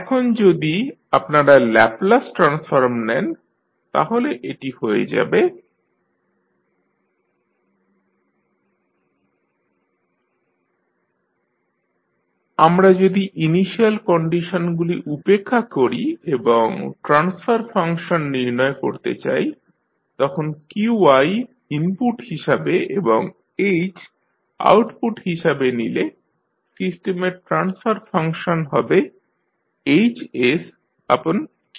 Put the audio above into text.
এখন যদি আপনারা ল্যাপলাস ট্রান্সফর্ম নেন তাহলে এটি হয়ে যাবে RCsHHsRQis আমরা যদি ইনিশিয়াল কন্ডিশনগুলি উপেক্ষা করি এবং ট্রান্সফার ফাংশন নির্ণয় করতে চাই তখন qi ইনপুট হিসাবে এবং h আউটপুট হিসাবে নিলে সিস্টেমের ট্রান্সফার ফাংশন হবে HQi